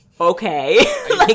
okay